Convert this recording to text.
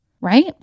right